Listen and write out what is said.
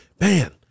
man